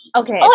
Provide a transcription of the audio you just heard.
okay